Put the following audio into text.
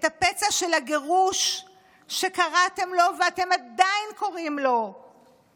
את הפצע של הגירוש שקראתם לו ואתם עדיין קוראים לו "פינוי"?